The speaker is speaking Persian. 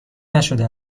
نشده